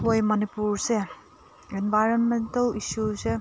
ꯑꯩꯈꯣꯏ ꯃꯅꯤꯄꯨꯔꯁꯦ ꯏꯟꯕꯥꯏꯔꯣꯟꯃꯦꯟꯇꯦꯜ ꯏꯁꯨꯁꯦ